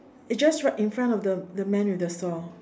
it's just right in front of the the man with the saw